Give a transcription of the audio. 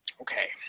Okay